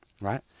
right